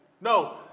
no